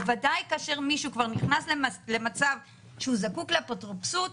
בוודאי כאשר מישהו כבר נכנס למצב שהוא זקוק לאפוטרופסות.